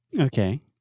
Okay